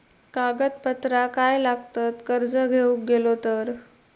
कागदपत्रा काय लागतत कर्ज घेऊक गेलो तर?